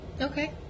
Okay